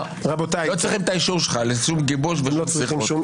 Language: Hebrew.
לא צריכים את האישור שלך לגיבוש גם החיוכים,